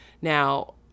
Now